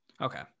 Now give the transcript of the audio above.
Okay